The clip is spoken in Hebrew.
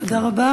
תודה רבה.